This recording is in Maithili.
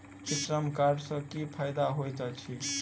ई श्रम कार्ड सँ की फायदा होइत अछि?